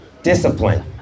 Discipline